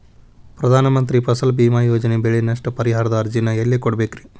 ಪ್ರಧಾನ ಮಂತ್ರಿ ಫಸಲ್ ಭೇಮಾ ಯೋಜನೆ ಬೆಳೆ ನಷ್ಟ ಪರಿಹಾರದ ಅರ್ಜಿನ ಎಲ್ಲೆ ಕೊಡ್ಬೇಕ್ರಿ?